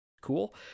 cool